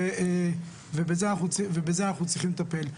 ובזה אנחנו צריכים לטפל.